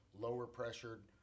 lower-pressured